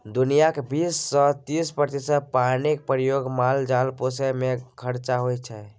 दुनियाँक बीस सँ तीस प्रतिशत पानिक प्रयोग माल जाल पोसय मे खरचा होइ छै